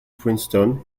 princeton